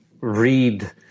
read